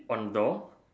on the door